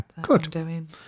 Good